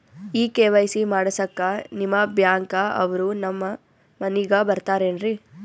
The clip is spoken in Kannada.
ಈ ಕೆ.ವೈ.ಸಿ ಮಾಡಸಕ್ಕ ನಿಮ ಬ್ಯಾಂಕ ಅವ್ರು ನಮ್ ಮನಿಗ ಬರತಾರೆನ್ರಿ?